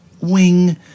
wing